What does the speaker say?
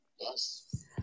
Yes